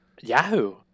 Yahoo